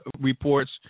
reports